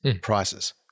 prices